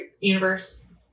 universe